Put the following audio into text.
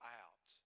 out